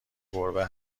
گربه